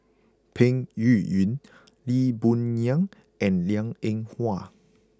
Peng Yuyun Lee Boon Ngan and Liang Eng Hwa